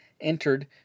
entered